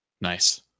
Nice